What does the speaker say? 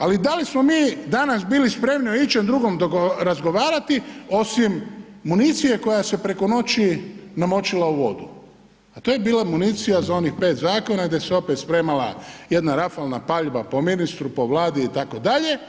Ali da li smo mi danas bili spremni o ičem drugom razgovarati osim municije koja se preko noći namočila u vodu, a to je bila municija za onih 5 zakona gdje se opet spremala jedna rafalna paljba po ministru, po Vladi itd.